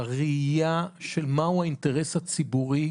בראייה של מהו האינטרס הציבורי,